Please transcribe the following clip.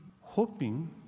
hoping